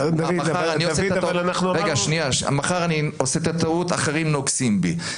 מחר אני עושה את הטעות אחרים נוגסים בי.